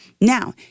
Now